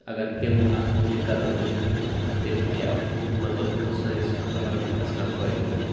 اگر تِم اتھ متعلق قدم تُلہٕ ہن تہٕ تیٚلہِ ہیٚکہِ ہا مطلب سٲنِس ایٚنوَرانمیٚنٹس کانٛہہ فایدٕ وٲتِتھ